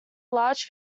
large